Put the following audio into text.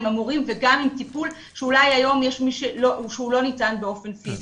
עם המורים וגם עם טיפול שאולי היום לא ניתן באופן פיזי.